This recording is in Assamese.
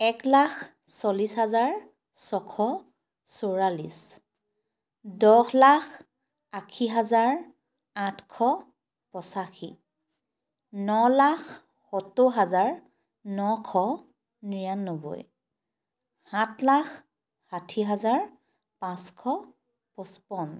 এক লাখ চল্লিছ হাজাৰ ছশ চৌৰাল্লিছ দহ লাখ আশী হাজাৰ আঠশ পঁচাশী ন লাখ সত্তৰ হাজাৰ নশ নিৰান্নবৈ সাত লাখ ষাঠি হাজাৰ পাঁচশ পঁচপন